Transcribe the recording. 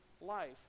life